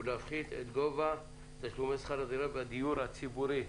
ולהפחית את גובה תשלומי שכר הדירה בדיור הציבורי.